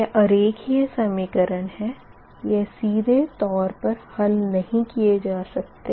यह अरेखिए समीकरण है यह ऐसे सीधे तौर पर हल नही किए जा सकते